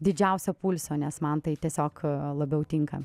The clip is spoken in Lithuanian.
didžiausio pulso nes man tai tiesiog labiau tinka